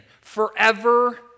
forever